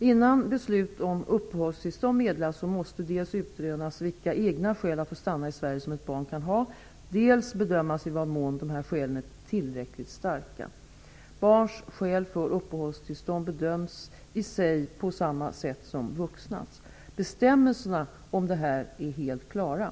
Innan beslut om uppehållstillstånd meddelas måste dels utrönas vilka egna skäl att få stanna i Sverige, som ett barn kan ha, dels bedömas i vad mån dessa skäl är tillräckligt starka. Barns skäl för uppehållstillstånd bedöms i sig på samma sätt som vuxnas. Bestämmelserna om detta är helt klara.